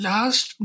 Last